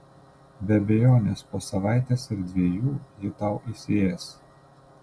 be abejonės po savaitės ar dviejų ji tau įsiės